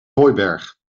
hooiberg